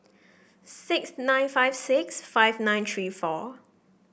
six nine five six five nine three four